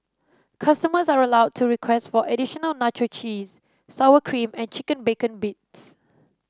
customers are allowed to request for additional nacho cheese sour cream and chicken bacon bits